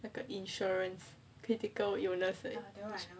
那个 insurance critical illness one